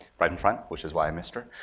right in front, which is why i missed her.